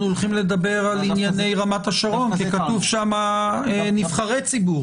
הולכים לדבר על רמת השרון כי כתוב שם "נבחרי ציבור"